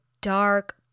dark